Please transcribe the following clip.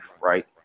right